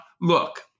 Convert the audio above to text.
look